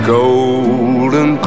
golden